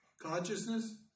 consciousness